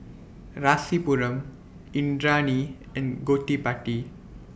Rasipuram Indranee and Gottipati